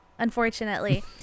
unfortunately